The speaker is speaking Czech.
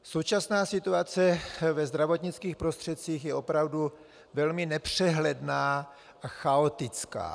Současná situace ve zdravotnických prostředcích je opravdu velmi nepřehledná a chaotická.